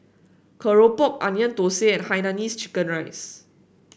keropok Onion Thosai and Hainanese Chicken Rice